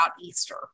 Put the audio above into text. Easter